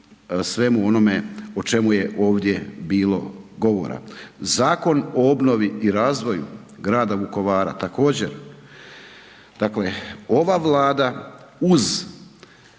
svemu onome o čemu je ovdje bilo govora. Zakon o obnovi i razvoju grada Vukovara također. Dakle, ova Vlada uz